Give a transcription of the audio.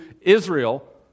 Israel